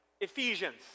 Ephesians